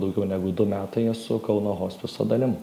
daugiau negu du metai esu kauno hospiso dalim